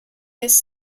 his